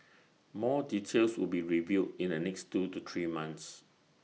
more details will be revealed in the next two to three months